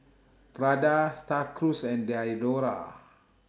Prada STAR Cruise and Diadora